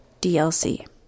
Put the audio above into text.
DLC